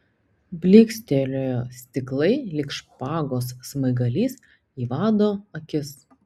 blykstelėjo stiklai lyg špagos smaigalys į vado akis